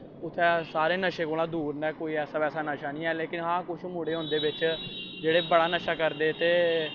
उत्थें सारे नशे कोला दूर न कोई ऐसा बैसा नशा निं ऐ लेकिन कुछ मुड़े होंदे बिच्च जेह्ड़े बड़ा नशा करदे ते